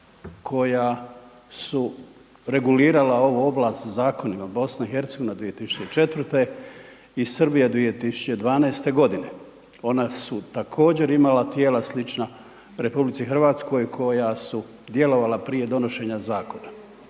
koja su regulirala ovu oblast zakonima, Bosna i Hercegovina 2004. i Srbija 2012. godine. Ona su također imala tijela slična Republici Hrvatskoj koja su djelovala prije donošenja zakona.